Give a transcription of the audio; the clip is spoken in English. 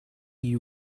you